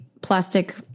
plastic